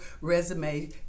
resume